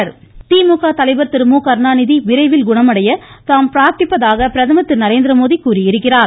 கருணாநிதி திமுக தலைவர் திரு மு கருணாநிதி விரைவில் குணமடைய தாம் பிரார்த்திப்பதாக பிரதமர் திரு நரேந்திரமோடி கூறியிருக்கிறார்